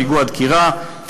פיגוע דקירה,